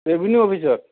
revenue অফিচত